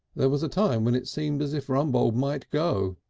there was a time when it seemed as if rumbold might go,